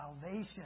salvation